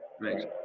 Right